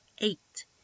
eight